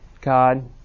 God